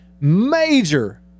major